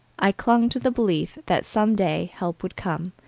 i clung to the belief that some day help would come,